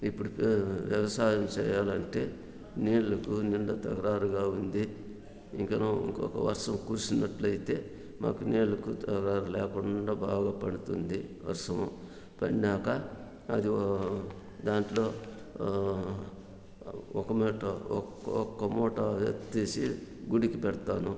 ఇప్పుడు వ్యవసాయం చెయాలంటే నీళ్ళు నిండు తల్లారుగా ఉంది ఇంకను వర్షం కురిసినట్లయితే మాకు నీళ్లకు లేకుండా బాగా పండుతుంది వర్షము పడినాక అది దాంట్లో ఒక మూట ఒక ఒక మూట తీసి గుడికి పెడతాను